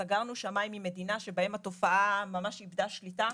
שסגרנו שמים ממדינה שבה התופעה ממש איבדה שליטה.